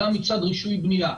גם מצד רישוי בנייה.